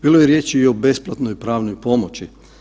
Bilo je riječi i o besplatnoj pravnoj pomoći.